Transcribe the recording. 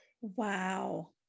Wow